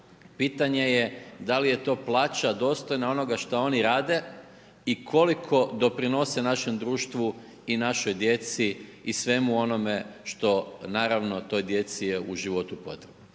pitanje je da li je to plaća dostojna onoga što oni rade i koliko doprinose našem društvu i našoj djeci i svemu onome što naravno, toj djeci je u životu potrebno.